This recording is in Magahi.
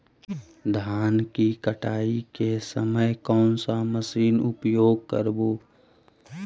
धान की कटाई के समय कोन सा मशीन उपयोग करबू?